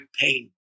pain